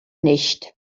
nicht